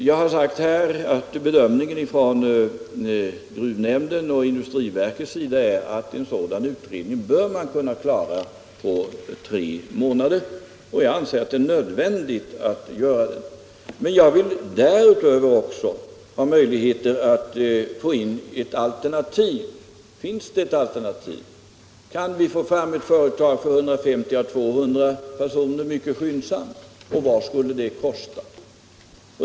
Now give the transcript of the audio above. Jag har sagt här att bedömningen från gruvnämndens och industriverkets sida är att man bör kunna klara en sådan utredning på tre månader och jag anser att det är nödvändigt att göra det. Men jag vill därutöver även ha möjligheten att få in ett alternativ. Finns det ett alternativ? Kan vi få fram ett företag som ger sysselsättning för 150-200 personer mycket skyndsamt och vad skulle det kosta?